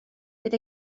bydd